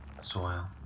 soil